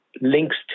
links